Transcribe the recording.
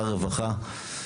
משר הרווחה,